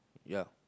ya